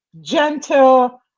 gentle